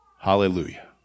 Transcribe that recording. Hallelujah